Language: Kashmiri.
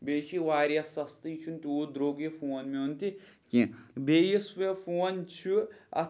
بیٚیہِ چھِ یہِ واریاہ سَستہٕ یہِ چھِنہٕ تیوٗت درٛوٚگ یہِ فون میون تہِ کینٛہہ بیٚیہِ یُس مےٚ فون چھُ اَتھ